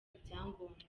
ibyangombwa